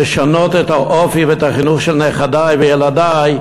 לשנות את האופי ואת החינוך של נכדי וילדי,